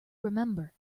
remember